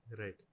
Right